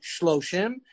Shloshim